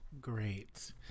Great